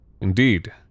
Indeed